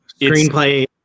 Screenplay